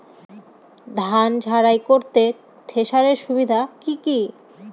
ধান ঝারাই করতে থেসারের সুবিধা কি কি?